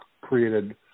created